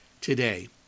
today